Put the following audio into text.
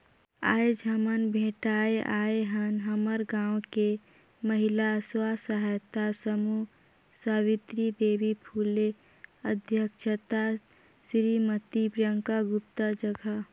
आयज हमन भेटाय आय हन हमर गांव के महिला स्व सहायता समूह सवित्री देवी फूले अध्यक्छता सिरीमती प्रियंका गुप्ता जघा